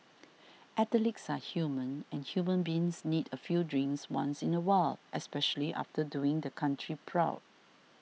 athletes are human and human beings need a few drinks once in a while especially after doing the country proud